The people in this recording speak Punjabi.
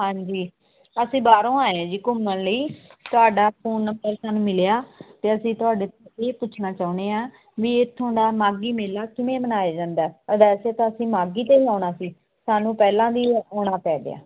ਹਾਂਜੀ ਅਸੀਂ ਬਾਹਰੋਂ ਆਏ ਹਾਂ ਜੀ ਘੁੰਮਣ ਲਈ ਤੁਹਾਡਾ ਫੋਨ ਨੰਬਰ ਸਾਨੂੰ ਮਿਲਿਆ ਅਤੇ ਅਸੀਂ ਤੁਹਾਡੇ ਇਹ ਪੁੱਛਣਾ ਚਾਹੁੰਦੇ ਹਾਂ ਬਈ ਇਥੋਂ ਦਾ ਮਾਘੀ ਮੇਲਾ ਕਿਵੇਂ ਮਨਾਇਆ ਜਾਂਦਾ ਔਰ ਵੈਸੇ ਤਾਂ ਅਸੀਂ ਮਾਘੀ 'ਤੇ ਹੀ ਆਉਣਾ ਸੀ ਸਾਨੂੰ ਪਹਿਲਾਂ ਵੀ ਆਉਣਾ ਪੈ ਗਿਆ